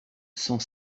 cent